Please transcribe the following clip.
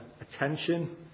attention